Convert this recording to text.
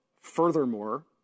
Furthermore